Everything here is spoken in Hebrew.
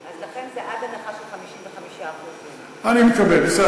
--- ולכן זה עד הנחה של 55%. אני מקבל, בסדר.